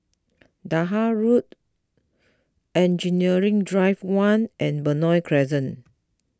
Dahan Road Engineering Drive one and Benoi Crescent